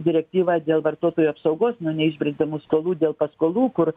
direktyvą dėl vartotojų apsaugos nuo neišsbrendamų skolų dėl paskolų kur